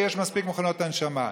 ויש מספיק מכונות הנשמה.